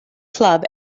club